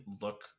look